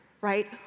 Right